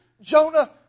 Jonah